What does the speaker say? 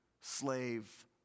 slave